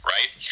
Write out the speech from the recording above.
right